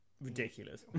ridiculous